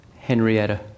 Henrietta